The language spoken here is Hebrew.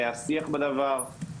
היה שיח בדבר.